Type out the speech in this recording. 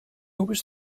was